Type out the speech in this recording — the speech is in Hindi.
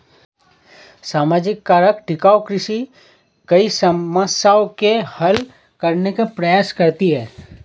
सामाजिक कारक टिकाऊ कृषि कई समस्याओं को हल करने का प्रयास करती है